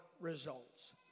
results